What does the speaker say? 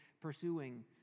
pursuing